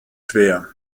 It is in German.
schwer